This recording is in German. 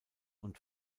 und